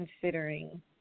considering